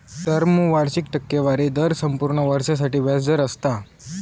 term वार्षिक टक्केवारी दर संपूर्ण वर्षासाठी व्याज दर असता